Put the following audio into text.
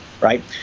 right